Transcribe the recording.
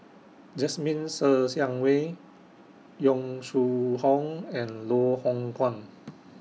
Jasmine Ser Xiang Wei Yong Shu Hoong and Loh Hoong Kwan